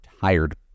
tired